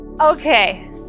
Okay